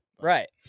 Right